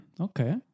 okay